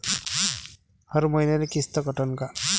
हर मईन्याले किस्त कटन का?